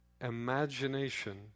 imagination